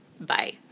Bye